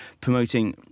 promoting